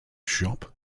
shop